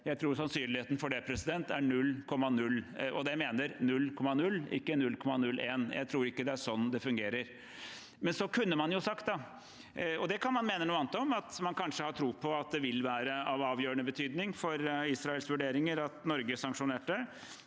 Jeg tror sannsynligheten for det er 0,0 prosent – og jeg mener 0,0 og ikke 0,01. Jeg tror ikke det er sånn det fungerer. Så kunne man jo sagt – og det kan man mene noe annet om – at man kanskje har tro på at det ville være av avgjørende betydning for Israels vurderinger at Norge sanksjonerte.